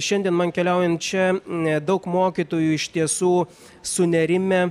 šiandien man keliaujant čia daug mokytojų iš tiesų sunerimę